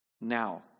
now